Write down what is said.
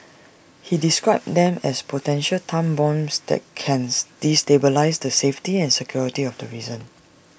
he described them as potential time bombs that cans destabilise the safety and security of the reason